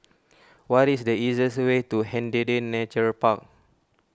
what is the easiest way to Hindhede Nature Park